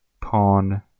Pawn